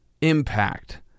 impact